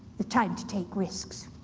the time to take risks.